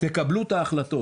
וכמובן לא ברשות הרישוי.